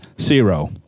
zero